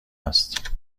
است